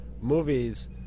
movies